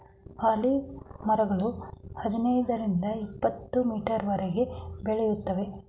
olive ಮರಗಳು ಹದಿನೈದರಿಂದ ಇಪತ್ತುಮೀಟರ್ವರೆಗೆ ಬೆಳೆಯುತ್ತವೆ